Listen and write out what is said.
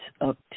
up